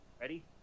Ready